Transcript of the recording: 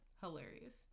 hilarious